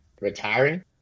Retiring